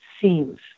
seems